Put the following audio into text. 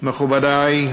מכובדי,